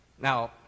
Now